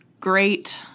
great